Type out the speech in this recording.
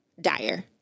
dire